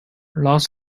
los